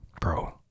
bro